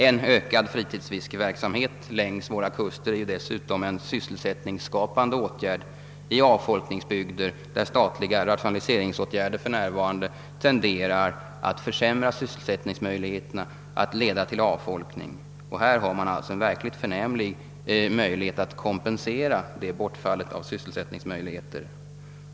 En ökad fritidsfiskeverksamhet längs våra kuster är dessutom en sysselsättningsskapande åtgärd i avfolkningsbygder, där rationaliseringsåtgärder för närvarande tenderar att försämra sysselsättningsmöjligheterna och att leda till avfolkning. Här har man alltså en förnämlig möjlighet att kompensera bortfallet av sysselsättningsmöjligheter.